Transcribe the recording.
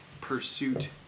Pursuit